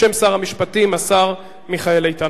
בשם שר המשפטים, השר מיכאל איתן.